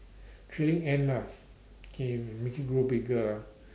trailing end lah K it make it grow bigger ah